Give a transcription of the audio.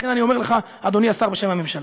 לכן אני אומר לך, אדוני השר, בשם הממשלה,